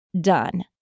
done